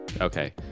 Okay